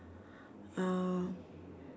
uh